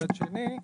מצד שני,